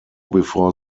before